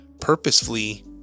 purposefully